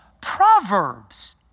Proverbs